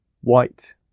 white